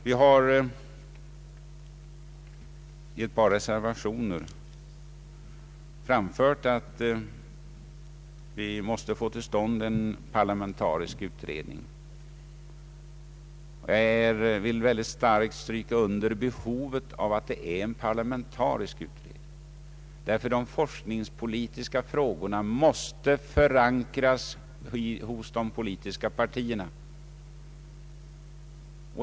Vi har i ett par reservationer framfört att vi måste få till stånd en parlamentarisk utredning. Jag vill mycket starkt stryka under behovet av att det blir en parlamentarisk utredning, där för att de forskningspolitiska frågorna måste förankras hos de politiska partierna.